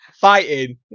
fighting